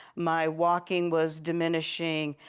my walking was diminishing,